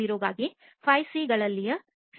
0 ಗಾಗಿ 5 ಸಿ ಗಳಲ್ಲಿನ ಸಿ ಇದು ಆಗಿದೆ